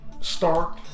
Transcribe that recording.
Start